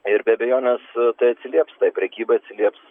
ir be abejonės tai atsilieps tai prekybai atsilieps